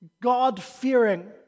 God-fearing